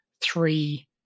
three